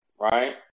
right